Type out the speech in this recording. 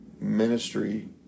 ministry